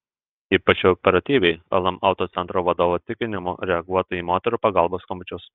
ypač operatyviai lm autocentro vadovo tikinimu reaguota į moterų pagalbos skambučius